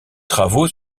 travaux